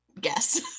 guess